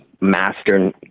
master